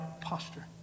posture